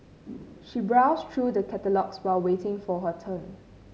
she browsed through the catalogues while waiting for her turn